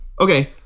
Okay